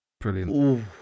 Brilliant